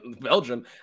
Belgium